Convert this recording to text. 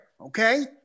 okay